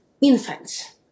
infants